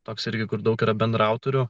toks irgi kur daug yra bendraautorių